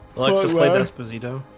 alexa play this boozy dough